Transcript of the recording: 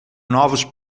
novos